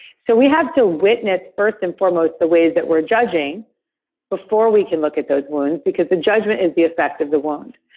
so we have to witness first and foremost the ways that we're judging before we can look at those wounds because the judgment is the effect of the wound.